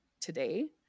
today